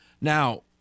Now